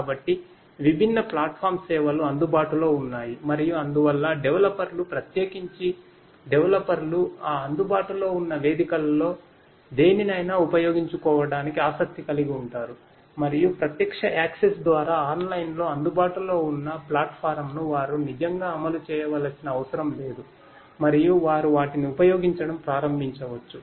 కాబట్టి విభిన్న ప్లాట్ఫాం సేవలు అందుబాటులో ఉన్నాయి మరియు అందువల్ల డెవలపర్లు ప్రత్యేకించి డెవలపర్లు ఆ అందుబాటులో ఉన్న వేదికలలో దేనినైనా ఉపయోగించుకోవటానికి ఆసక్తి కలిగి ఉంటారు మరియు ప్రత్యక్ష యాక్సెస్ ద్వారా ఆన్లైన్లో అందుబాటులో ఉన్న ప్లాట్ఫారమ్ను వారు నిజంగా అమలు చేయవలసిన అవసరం లేదు మరియు వారు వాటిని ఉపయోగించడం ప్రారంభించవచ్చు